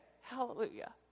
hallelujah